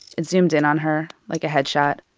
it's zoomed in on her, like a headshot.